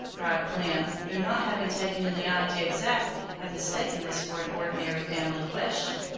cried clem, who, not having taken in the idea exactly, had mistaken this for an ordinary family question.